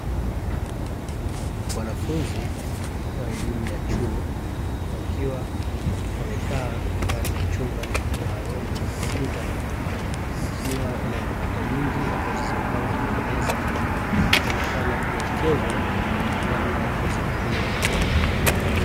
Wanafunzi wa elimu ya chuo wakiwa wamekaa ndani ya chumba maalumu cha kompyuta, kikiwa na kompyuta nyingi ambazo zimepangwa kwenye meza wakionekana kuelekezwa namna ya kuzitumia.